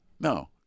No